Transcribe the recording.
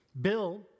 Bill